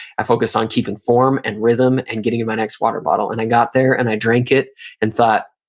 i focused on keeping form and rhythm, and getting my next water bottle. and i got there, and i drank it and thought,